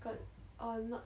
got or not